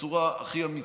בצורה הכי אמיתית: